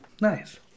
Nice